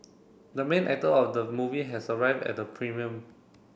the main actor of the movie has arrived at the premium